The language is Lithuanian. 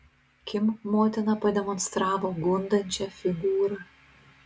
kim motina pademonstravo gundančią figūrą